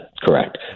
correct